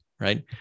right